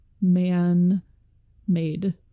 man-made